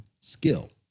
skill